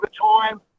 overtime